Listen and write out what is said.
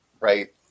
right